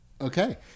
okay